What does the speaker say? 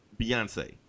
beyonce